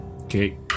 Okay